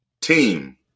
team